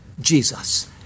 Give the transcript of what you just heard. Jesus